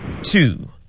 two